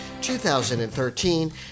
2013